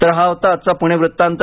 तर हा होता आजचा पुणे वृत्तांत